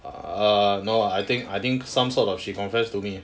err no lah I think I think some sort of she confessed to me